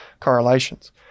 correlations